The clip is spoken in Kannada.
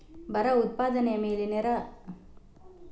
ಬರವು ಉತ್ಪಾದನೆಯ ಮೇಲೆ ನೇರ ಮತ್ತು ಋಣಾತ್ಮಕ ಪರಿಣಾಮಗಳನ್ನು ಬೀರುತ್ತದೆ